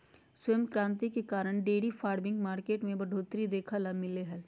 श्वेत क्रांति के कारण डेयरी फार्मिंग मार्केट में बढ़ोतरी देखे ल मिललय हय